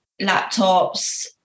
laptops